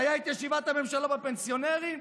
כשהייתה ישיבת הממשלה על הפנסיונרים,